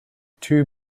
two